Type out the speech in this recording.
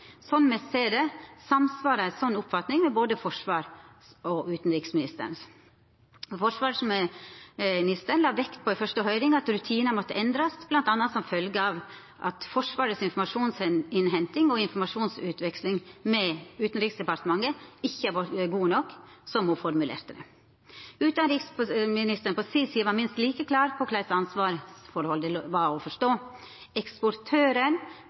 me ser det, samsvarer ei slik oppfatning med både forsvarsministeren og utanriksministeren. Forsvarsministeren la vekt på i første høyring at rutinar måtte endrast bl.a. som følgje av at «Forsvarets informasjonsinnhenting og informasjonsutveksling med Utenriksdepartementet har ikke vært god nok», som ho formulerte det. Utanriksministeren på si side var minst like klar på korleis ansvarsforholdet var å forstå: